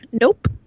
nope